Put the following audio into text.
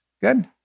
Good